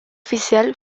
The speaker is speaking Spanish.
oficial